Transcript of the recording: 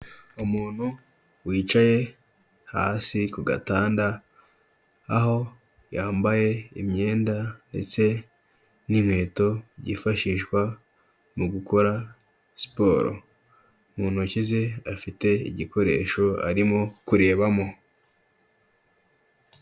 Umuntu wicaye hasi ku gatanda, aho yambaye imyenda ndetse n'inkweto byifashishwa mu gukora siporo, mu ntoki ze afite igikoresho arimo kurebamo.